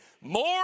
more